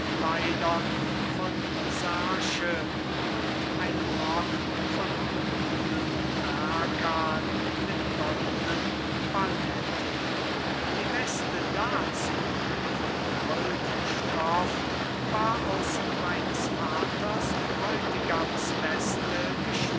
von sarsche und einem rock von grünem berkan mit goldnen balletten die weste dazu von goldstoff war aus meines vaters